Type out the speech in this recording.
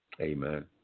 Amen